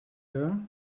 her